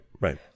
right